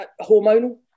Hormonal